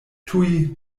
tuj